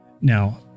Now